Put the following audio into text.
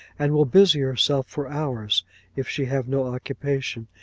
and will busy herself for hours if she have no occupation,